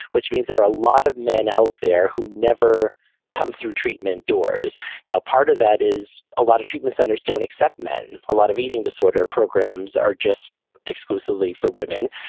which means there are a lot of men out there who never come through treatment doors now part of that is a lot of treatment centers don't accept men. a lot of eating disorder programs are just exclusively for women.